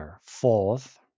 fourth